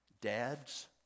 Dads